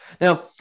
Now